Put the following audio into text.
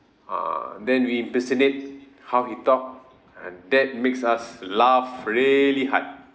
ah then we impersonate how he talk and that makes us laugh really hard